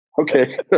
Okay